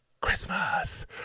Christmas